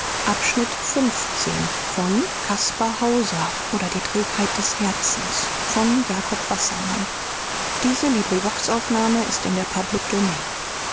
die trägheit des herzens